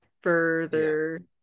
further